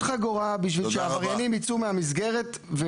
חגורה בשביל שהעבריינים יצאו מהמסגרת.